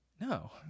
No